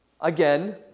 again